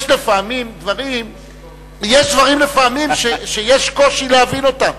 יש לפעמים דברים שיש קושי להבין אותם,